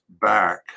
back